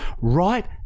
Right